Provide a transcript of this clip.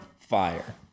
fire